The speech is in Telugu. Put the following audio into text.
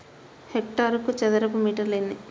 హెక్టారుకు చదరపు మీటర్లు ఎన్ని?